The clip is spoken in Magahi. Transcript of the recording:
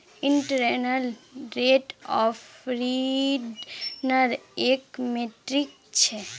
इंटरनल रेट ऑफ रिटर्न एक मीट्रिक छ